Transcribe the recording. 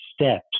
steps